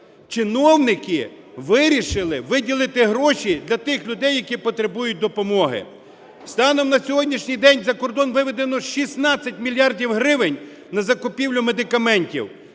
чиновники вирішили виділити гроші для тих людей, які потребують допомоги. Станом на сьогоднішній день за кордон виведено 16 мільярдів гривень на закупівлю медикаментів,